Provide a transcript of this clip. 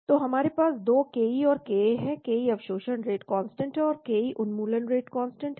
तो हमारे पास 2 ke और ka है ka अवशोषण रेट कांस्टेंट है और ke उन्मूलन रेट कांस्टेंट है